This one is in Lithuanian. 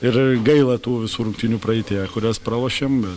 ir gaila tų visų rungtynių praeityje kurias pralošėm bet